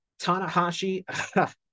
Tanahashi